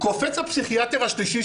קופץ הפסיכיאטר השלישי,